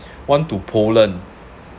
one to poland